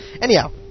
Anyhow